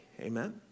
Amen